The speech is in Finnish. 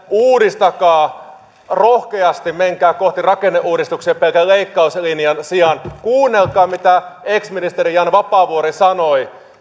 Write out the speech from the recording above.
uudistakaa rohkeasti menkää kohti rakenneuudistuksia pelkän leikkauslinjan sijaan kuunnelkaa mitä ex ministeri jan vapaavuori sanoi